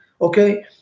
Okay